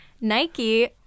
Nike